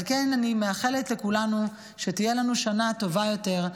על כן אני מאחלת לכולנו שתהיה לנו שנה טובה יותר,